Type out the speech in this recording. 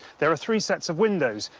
there are three sets of windows,